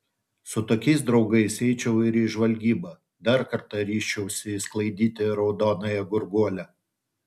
su tokiais draugais eičiau ir į žvalgybą dar kartą ryžčiausi išsklaidyti raudonąją gurguolę